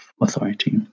authority